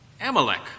Amalek